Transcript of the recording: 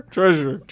Treasure